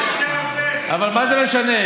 אבל מה זה משנה?